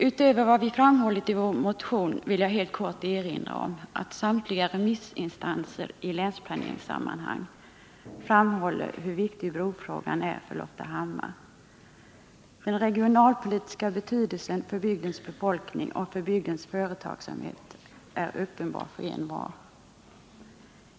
Utöver vad vi framhållit i vår motion vill jag helt kort erinra om att samtliga remissinstanser i länsplaneringssammanhang framhåller hur viktig brofrågan är för Loftahammar. Den regionalpolitiska betydelsen för bygdens befolkning och för bygdens företagsamhet är uppenbar för envar.